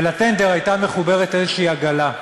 ולטנדר הייתה מחוברת איזושהי עגלה.